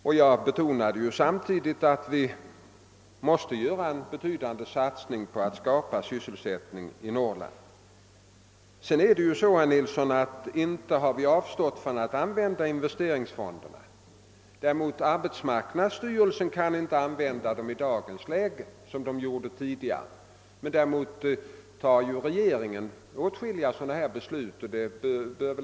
Samtidigt betonade jag att vi måste göra en betydande satsning för att skapa sysselsättning i Norrland. Vad beträffar investeringsfonderna har vi väl ändå inte, herr Nilsson i Tvärålund, avstått från att använda dessa. Arbetsmarknadsstyrelsen har i motsats till vad som tidigare var fallet inte själv fått använda dem de senaste åren, men regeringen har ju tagit åtskilliga beslut av det här slaget.